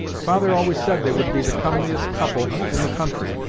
father always said they would be the comeliest couple in the country,